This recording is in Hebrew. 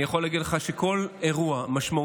אני יכול להגיד לך שכול אירוע משמעותי,